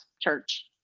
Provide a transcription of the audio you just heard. church